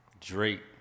Drake